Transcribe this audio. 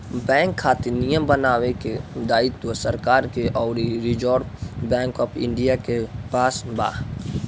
bank खातिर नियम बनावे के दायित्व सरकार के अउरी रिजर्व बैंक ऑफ इंडिया के पास बा